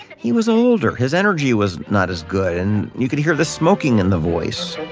he was older, his energy was not as good and you could hear the smoking in the voice